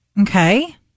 Okay